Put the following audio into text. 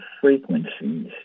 frequencies